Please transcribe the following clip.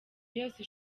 yose